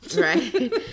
right